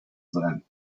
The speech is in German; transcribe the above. sein